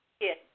Yes